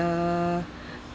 uh